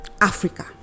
Africa